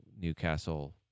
Newcastle